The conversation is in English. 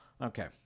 Okay